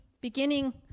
beginning